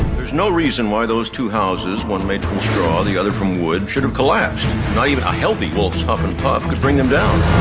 there's no reason why those two houses, one made from straw, the other from wood. i. should have collapsed, not even a healthy wolf's huff and puff could bring them down.